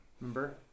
Remember